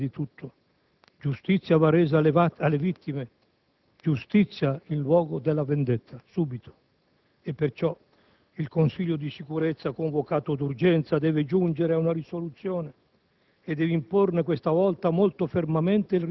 La strage di Gaza chiede giustizia, prima di tutto; giustizia va resa alle vittime; giustizia in luogo della vendetta, subito. Per questo il Consiglio di sicurezza, convocato d'urgenza, deve giungere a una risoluzione